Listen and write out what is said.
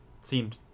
seemed